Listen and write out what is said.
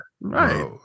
Right